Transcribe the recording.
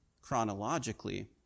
chronologically